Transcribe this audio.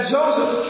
Joseph